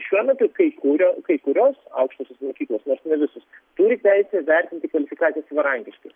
šiuo metu kai kūrio kai kurios aukštosios mokyklos nors ne visos turi teisę vertinti kvalifikacijas savarankiškai